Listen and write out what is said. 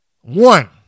One